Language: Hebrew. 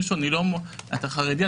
שאמר למישהו: אתה חרדי,